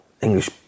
English